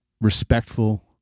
respectful